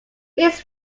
his